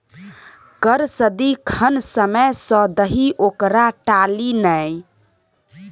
कर सदिखन समय सँ दही ओकरा टाली नै